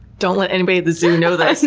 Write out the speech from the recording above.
don't let anybody at the zoo know this.